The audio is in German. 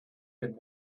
dem